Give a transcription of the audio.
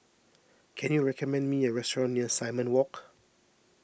can you recommend me a restaurant near Simon Walk